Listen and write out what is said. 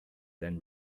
than